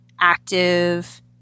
active